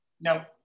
No